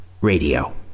radio